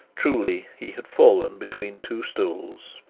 truly he had fallen between two stools.